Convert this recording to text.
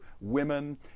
women